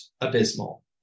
abysmal